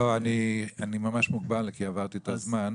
לא, אני ממש מוגבל כי עברתי את הזמן.